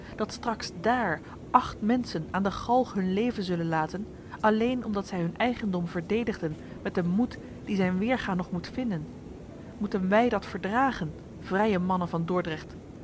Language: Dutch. dat straks dààr acht menschen aan de galg hun leven zullen laten alleen omdat zij hun eigendom verdedigden met een moed die zijn weerga nog moet vinden moeten wij dat verdragen vrije mannen van dordrecht